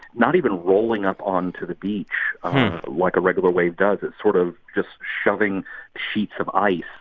not even rolling up onto the beach like a regular wave does. it's sort of just shoving sheets of ice.